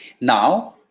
Now